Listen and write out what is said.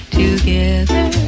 together